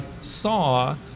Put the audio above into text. saw